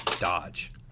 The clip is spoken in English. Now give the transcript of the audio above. dodge